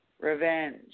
revenge